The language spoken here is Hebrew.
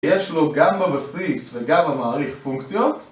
יש לו גם בבסיס וגם במעריך פונקציות?